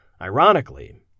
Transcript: Ironically